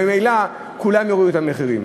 ממילא כולם יורידו את המחירים.